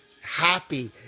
happy